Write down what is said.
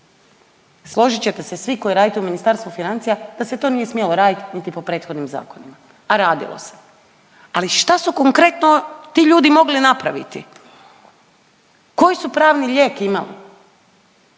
Složit ćete se svi koji radite u Ministarstvu financija da se to nije smjelo raditi niti po prethodnim zakonima, ali radilo se. Ali šta su konkretno ti ljudi mogli napraviti? Koji su pravni lijek imali?